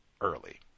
early